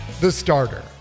thestarter